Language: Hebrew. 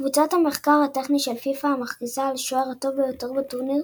קבוצת המחקר הטכני של פיפ"א מכריזה על השוער הטוב ביותר בטורניר